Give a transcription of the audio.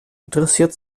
interessiert